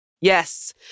Yes